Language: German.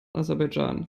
aserbaidschan